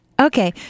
Okay